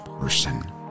person